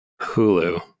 hulu